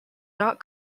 not